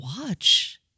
watch